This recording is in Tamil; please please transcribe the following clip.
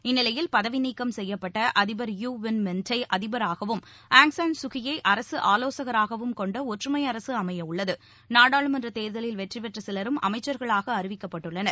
இந்நிலையில் பதவி நீக்கம் செய்யப்பட்ட அதிபர் யூ வின் மிண்ட் யை அதிபராகவும் ஆங் சான் சூகியை அரசு ஆலோசகராகவும் கொண்ட ஒற்றுமை அரசு அமைய உள்ளது நாடாளுமன்ற தேர்தலில் வெற்றிபெற்ற சிலரும் அமைச்சர்களாக அறிவிக்கப்பட்டுள்ளனர்